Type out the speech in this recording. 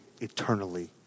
eternally